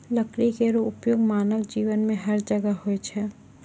लकड़ी केरो उपयोग मानव जीवन में हर जगह होय छै